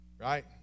right